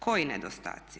Koji nedostaci?